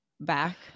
back